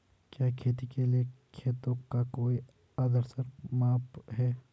क्या खेती के लिए खेतों का कोई आदर्श माप है?